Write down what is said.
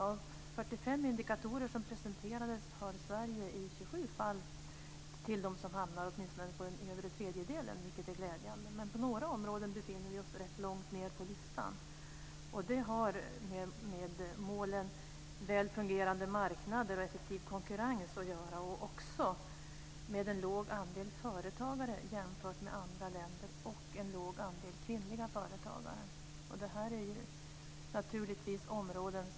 Av 45 indikatorer som presenterades hör Sverige i 27 fall till dem som hamnar på den övre tredjedelen på listan, vilket är glädjande. Men på några områden befinner vi oss rätt långt ned. Det gäller målen väl fungerande marknad och effektiv konkurrens. Vi har också en låg andel företagare och en låg andel kvinnliga företagare jämfört med andra länder.